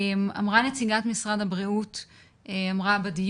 אמרה נציגת משרד הבריאות בדיון,